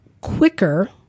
quicker